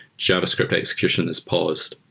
javascript execution is paused.